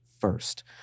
first